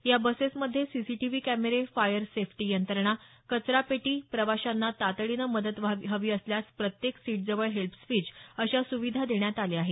या बसेसध्ये सीसीटीव्ही कॅमेरे फायर सेफ्टी यंत्रणा कचरा पेटी प्रवाशांना तातडीनं मदत हवी असल्यास प्रत्येक सीटजवळ हेल्प स्विच अशा सुविधा देण्यात आल्या आहेत